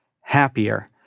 happier